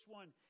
one